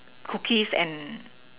cookies and